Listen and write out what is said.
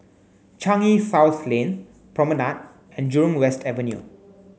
Changi South Lane Promenade and Jurong West Avenue